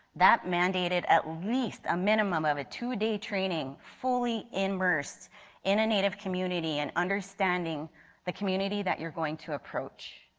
that mandated at least a minimum of a two day training fully immersed in a native community and understanding the community that you are going to approach.